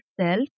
self